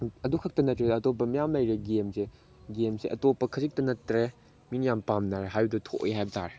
ꯑꯗꯨ ꯈꯛꯇ ꯅꯠꯇ꯭ꯔꯦꯗ ꯑꯇꯣꯞꯄ ꯃꯌꯥꯝ ꯂꯩꯔꯦ ꯒꯦꯝꯁꯦ ꯒꯦꯝꯁꯦ ꯑꯇꯣꯞꯄ ꯈꯖꯤꯛꯇ ꯅꯠꯇ꯭ꯔꯦ ꯃꯤꯅ ꯌꯥꯝ ꯄꯥꯝꯅꯔꯦ ꯍꯥꯏꯕꯗꯣ ꯊꯣꯛꯑꯦ ꯍꯥꯏꯕ ꯇꯥꯔꯦ